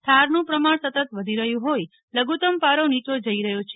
ઠારનું પ્રમાણ સતત વધી રહ્યું હોઈ લઘુત્તમ પારો ગગડી રહ્યો છે